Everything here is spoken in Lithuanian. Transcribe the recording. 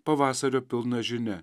pavasario pilna žinia